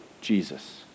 Jesus